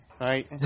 right